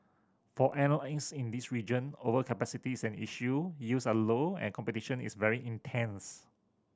for airlines in this region overcapacity is an issue yields are low and competition is very intense